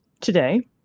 today